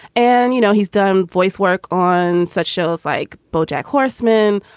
and you know, he's done voice work on such shows like bojack horseman,